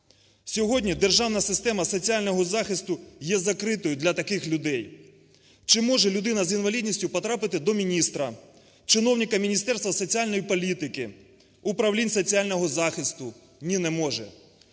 Сьогодні державна система соціального захисту є закритою для таких людей. Чи може людина з інвалідністю потрапити до міністра, чиновника Міністерства соціальної політики, управлінь соціального захисту? Ні, не може.